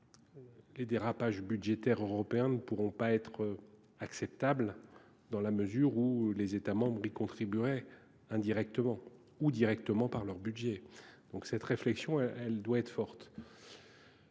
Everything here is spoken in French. Les dérapages budgétaires européens ne pourront pas être acceptables, dans la mesure où les États membres y contribueraient indirectement, voire directement par leur budget. Les ambitions exprimées dans le